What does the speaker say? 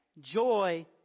joy